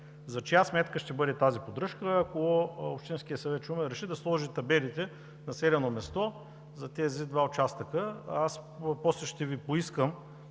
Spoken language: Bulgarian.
За чия сметка ще бъде тази поддръжка, ако общинският съвет – Шумен, реши да сложи табелите „Населено място“ за тези два участъка? След това ще Ви поискам